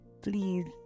please